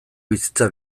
bizitza